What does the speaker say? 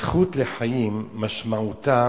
הזכות לחיים משמעותה